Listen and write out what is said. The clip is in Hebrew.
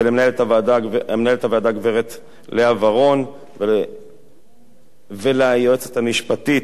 למנהלת הוועדה הגברת לאה ורון וליועצת המשפטית